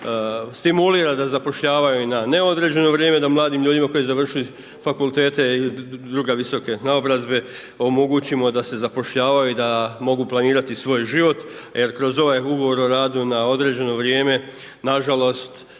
stimulira da zapošljavaju na neodređeno vrijeme, da mladim ljudima koji završe fakultete ili druge visoko naobrazbe, omogući da se zapošljavaju i da mogu planirati svoj život, jer kroz ovaj ugovor o radu, na određeno vrijeme, nažalost,